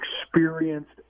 experienced